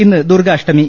ഇന്ന് ദുർഗ്ഗാഷ്ടമി